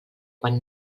quan